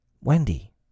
Wendy